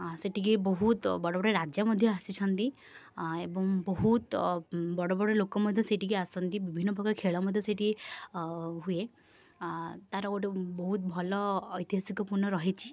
ଆଁ ସେଠିକି ବହୁତ ବଡ଼ ବଡ଼ ରାଜା ମଧ୍ୟ ଆସିଛନ୍ତି ଆଁ ଏବଂ ବହୁତ ବଡ଼ ବଡ଼ ଲୋକ ମଧ୍ୟ ସେଠିକି ଆସନ୍ତି ବିଭିନ୍ନ ପ୍ରକାର ଖେଳ ମଧ୍ୟ ସେଇଠି ହୁଏ ତା'ର ଗୋଟେ ବହୁତ ଭଲ ଐତିହାସିକ ପୂର୍ଣ୍ଣ ରହିଛି